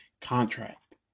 contract